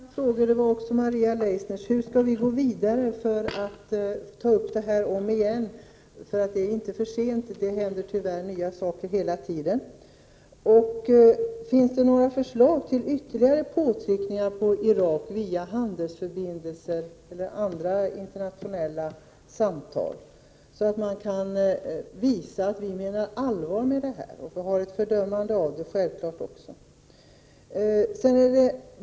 Herr talman! En av mina frågor togs också upp av Maria Leissner. Hur skall vi gå vidare för att återigen ta upp detta? Det är inte för sent, det händer tyvärr nya saker hela tiden. Finns det några förslag till ytterligare påtryckningar mot Irak, via handelsförbindelser eller genom internationella samtal, så att vi kan visa att vi menar allvar? Självfallet skall vi också fördöma brotten.